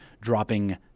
dropping